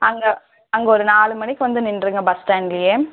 அங்கே அங்கே ஒரு நாலு மணிக்கு வந்து நின்றுடுங்க பஸ் ஸ்டாண்ட்லேயே